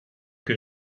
que